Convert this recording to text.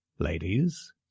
Ladies